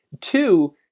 Two